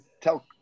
tell